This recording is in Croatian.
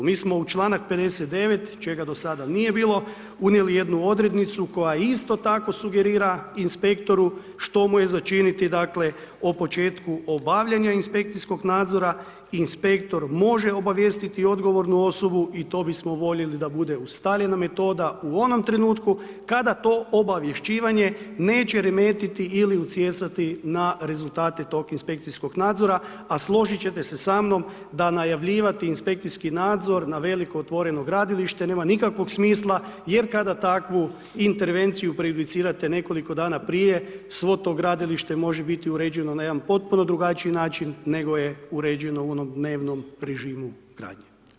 Mi smo u čl. 59. čega do sada nije bilo, unijeli jednu odrednicu koja isto tako sugerira inspektoru što mu je za činiti, dakle, o početku obavljanja inspekcijskog nadzora i inspektor može obavijestiti odgovornu osobu i to bismo voljeli da bude ustaljena metoda u onom trenutku kada to obavješćivanje neće remetiti ili utjecati na rezultate toga inspekcijskog nadzora, a složiti ćete se sa mnom da najavljivati inspekcijski nadzor na veliko otvoreno gradilište nema nikakvog smisla jer kada takvu intervenciju prejudicirate nekoliko dana prije, svo to gradilište može biti uređeno na jedan potpuno drugačiji način, nego je uređeno u onom dnevnom režimu gradnje.